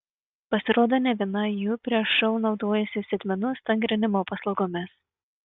pasirodo ne viena jų prieš šou naudojasi sėdmenų stangrinimo paslaugomis